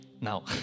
now